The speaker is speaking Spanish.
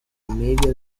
media